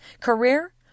career